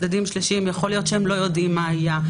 יכול להיות שצדדים שלישיים לא יודעים מה היה,